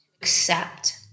accept